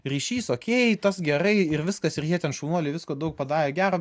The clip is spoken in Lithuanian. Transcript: ryšys okei tas gerai ir viskas ir jie ten šaunuoliai visko daug padarė gero